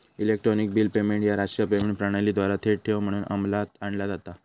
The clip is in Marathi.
इलेक्ट्रॉनिक बिल पेमेंट ह्या राष्ट्रीय पेमेंट प्रणालीद्वारा थेट ठेव म्हणून अंमलात आणला जाता